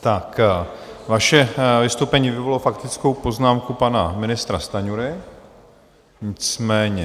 Tak vaše vystoupení vyvolalo faktickou poznámku pana ministra Stanjury, nicméně...